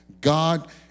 God